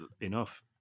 enough